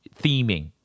theming